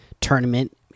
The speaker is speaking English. tournament